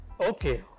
Okay